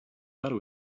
matter